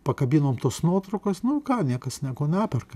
pakabinom tas nuotraukos nu ką niekas nieko neperka